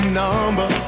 number